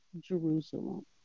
Jerusalem